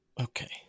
Okay